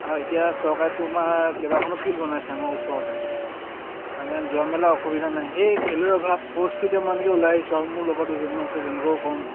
আৰু এতিয়া চৰকাৰেতো আমাৰ কেইবাখনো ফিল্ড বনাইছে আমাৰ ওচৰতে আমি যোৱা মেলা অসুবিধা নাই সেই খেলুৱৈ অভাৱ কৰ্চটো এতিয়া মানেকে ওলাই আহিছোঁ আৰু